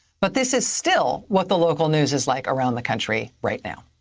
but this is still what the local news is like around the country right now.